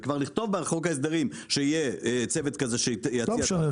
וכבר לכתוב בחוק ההסדרים שיהיה צוות כזה -- לא משנה,